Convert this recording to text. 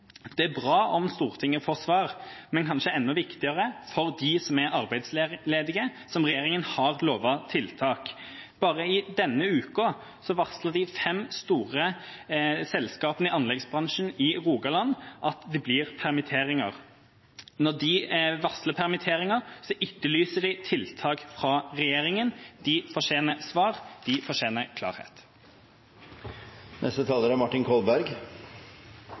Det er bra om Stortinget får svar, men det er kanskje enda viktigere for dem som er arbeidsledige, som regjeringa har lovet tiltak. Bare denne uka har de fem store selskapene i anleggsbransjen i Rogaland varslet at det blir permitteringer. Når de varsler permitteringer, etterlyser de tiltak fra regjeringa. De fortjener svar. De fortjener klarhet.